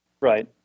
Right